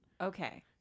Okay